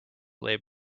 lay